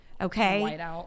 okay